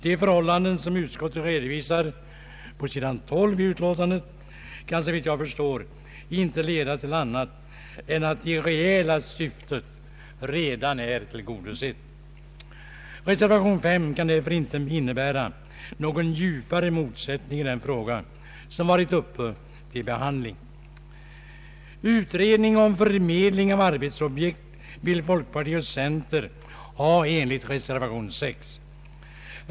De förhållanden som utskottet redovisar på s. 12 i utlåtandet kan — såvitt jag förstår — inte leda till annat än att det reella syftet redan är tillgodosett. Reservation 5 kan därför inte innebära någon djupare motsättning i den fråga som varit uppe till behandling. Utredning om förmedling av arbetsobjekt vill folkpartiet och centern ha enligt reservation 6.